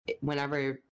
whenever